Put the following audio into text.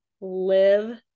live